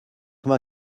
mae